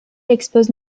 expose